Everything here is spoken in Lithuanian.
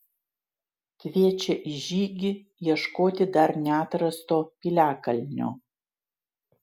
kviečia į žygį ieškoti dar neatrasto piliakalnio